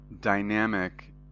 dynamic